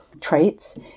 traits